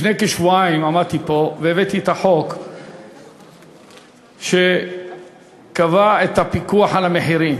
לפני כשבועיים עמדתי פה והבאתי הצעת חוק לקבוע פיקוח על המחירים.